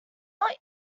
not